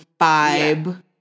vibe